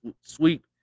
sweep